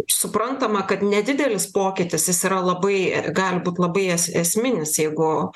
suprantama kad nedidelis pokytis jis yra labai gali būt labai es esminis jeigu